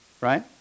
Right